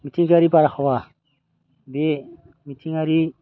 मिथिंगायारि बारहावा बे मिथिंगायारि